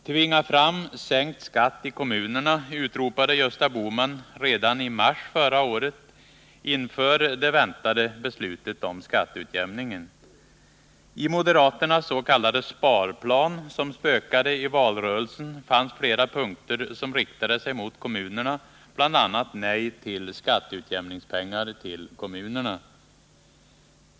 Tvinga fram sänkt skatt i kommunerna, utropade Gösta Bohman redan i mars förra året inför det väntade beslutet om skatteutjämningen. I moderaternas s.k. sparplan, som spökade i valrörelsen, fanns flera punkter som riktade sig mot kommunerna, bl.a. nej till skatteutjämningspengar till kommunerna.